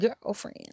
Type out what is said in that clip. girlfriend